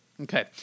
Okay